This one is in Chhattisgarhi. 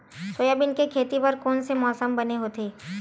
सोयाबीन के खेती बर कोन से मौसम बने होथे?